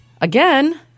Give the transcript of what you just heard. Again